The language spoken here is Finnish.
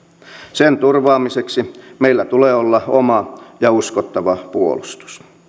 sen turvaamiseksi meillä tulee olla oma ja uskottava puolustus